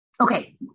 Okay